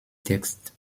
text